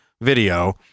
video